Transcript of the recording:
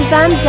Van